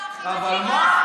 אבל מה?